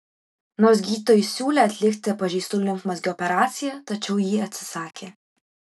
nors gydytojai siūlė atlikti pažeistų limfmazgių operaciją tačiau ji atsisakė